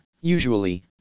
usually